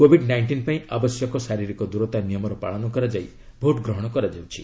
Covid nineteen ପାଇଁ ଆବଶ୍ୟକ ଶାରୀରିକ ଦୂରତା ନିୟମର ପାଳନ କରାଯାଇ ଭୋଟ୍ଗ୍ରହଣ କରାଯାଉଛି